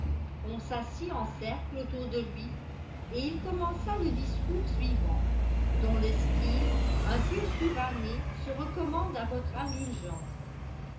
on s'assit en cercle autour de lui et il commença le discours suivant dont le style un peu suranné se recommande à votre indulgence